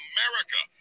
America